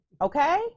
Okay